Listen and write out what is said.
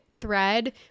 thread